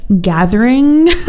gathering